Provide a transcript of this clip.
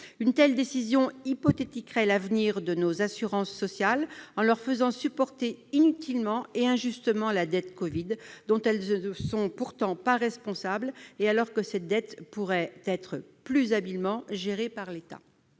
Une telle décision hypothéquerait l'avenir de nos assurances sociales, en leur faisant supporter inutilement et injustement la « dette covid », dont elles ne sont pourtant pas responsables, alors que cette dette pourrait être plus habilement gérée par l'État.